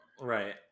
Right